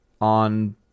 on